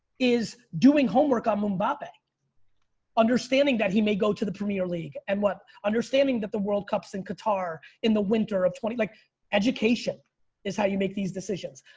is doing homework on um mbappe. and understanding that he may go to the premier league. and what? understanding that the world cup is in qatar in the winter of twenty, like education is how you make these decisions.